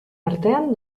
artean